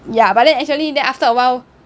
ya but then actually then after a while